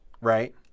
right